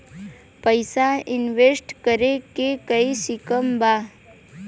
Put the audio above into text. पैसा इंवेस्ट करे के कोई स्कीम बा?